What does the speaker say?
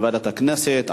לוועדת הכנסת.